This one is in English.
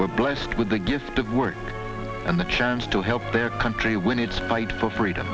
were blessed with the gift of work and the chance to help their country when it spied for freedom